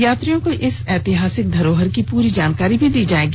यात्रियों को इस एतिहासिक धरोहर की पूरी जानकारी भी दी जाएगी